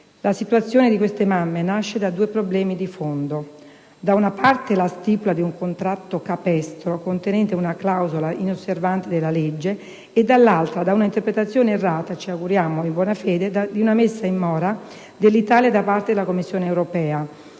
La situazione di queste mamme nasce da due problemi di fondo: da una parte, la stipula di un contratto capestro, contenente una clausola inosservante della legge; dall'altra, un'interpretazione errata - ci auguriamo in buona fede - che ha comportato la messa in mora dell'Italia da parte della Commissione europea